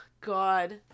god